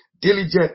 Diligent